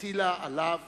הטילו עליו